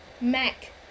Mac